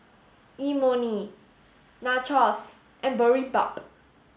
Imoni Nachos and Boribap